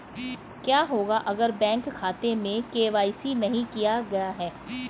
क्या होगा अगर बैंक खाते में के.वाई.सी नहीं किया गया है?